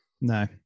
No